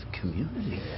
community